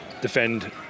defend